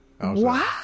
Wow